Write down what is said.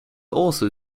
also